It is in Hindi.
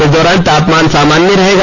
इस दौरान तापमान सामान्य रहेगा